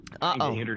Uh-oh